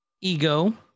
Ego